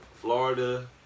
Florida